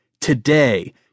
Today